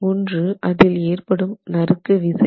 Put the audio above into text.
ஒன்று அதில் ஏற்படும் நறுக்கு விசை